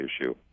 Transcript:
issue